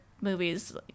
movies